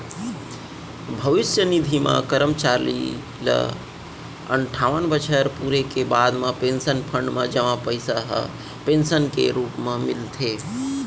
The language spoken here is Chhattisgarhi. भविस्य निधि म करमचारी ल अनठावन बछर पूरे के बाद म पेंसन फंड म जमा पइसा ह पेंसन के रूप म मिलथे